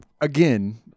again